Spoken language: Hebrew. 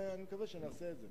ואני מקווה שנעשה אותה.